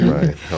right